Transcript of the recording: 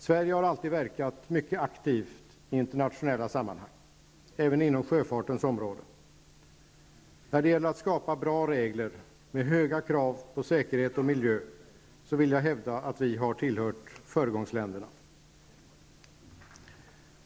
Sverige har alltid verkat mycket aktivt i internationella sammanhang, även inom sjöfartens område. När det gäller att skapa bra regler med höga krav på säkerhet och miljö vill jag hävda att vi har tillhört föregångsländerna.